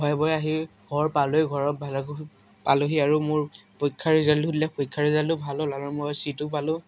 ভয়ে ভয় আহি ঘৰ পালোহে ঘৰৰ ভালকৈ পালোঁহি আৰু মোৰ পৰীক্ষাৰ ৰিজাল্ট সুধিলে পৰীক্ষাৰ ৰিজাল্টটো ভাল হ'ল আৰু মই ছীটো পালোঁ